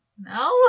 no